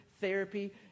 therapy